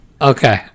Okay